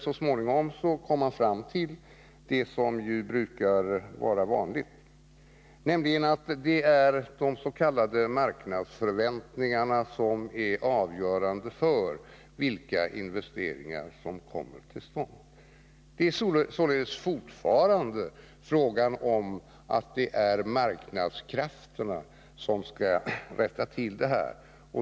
Så småningom kom han ju fram till det vanliga, nämligen att det är de s.k. marknadsförväntningarna som är avgörande för vilka investeringar som kommer till stånd. Det är således fortfarande marknadskrafterna som skall rätta till det här.